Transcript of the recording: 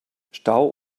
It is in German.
stau